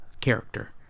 character